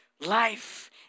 life